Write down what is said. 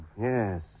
Yes